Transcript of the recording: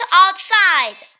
outside